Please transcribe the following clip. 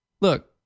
look